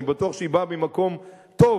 אני בטוח שהיא באה ממקום טוב,